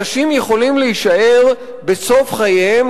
אנשים יכולים להישאר בסוף חייהם,